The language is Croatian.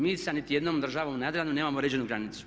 Mi sa niti jednom državnom na Jadranu nemamo uređenu granicu.